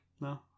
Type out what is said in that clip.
No